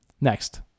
Next